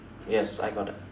yes I got th~